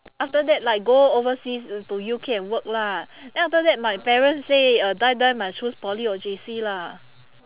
after that like go overseas to U_K and work lah then after that my parents say uh die die must choose poly or J_C lah